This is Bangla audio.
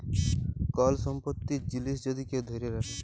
কল সম্পত্তির জিলিস যদি কেউ ধ্যইরে রাখে